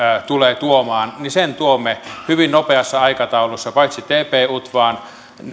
tulee tuomaan sen tuomme hyvin nopeassa aikataulussa paitsi tp utvan